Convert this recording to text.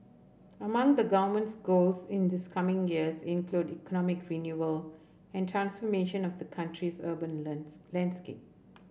among the government's goals in this coming years include economic renewal and transformation of the country's urban learns landscape